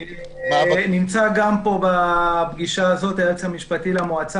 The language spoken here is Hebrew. נמצא פה בישיבה גם היועץ המשפטי למועצה,